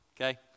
Okay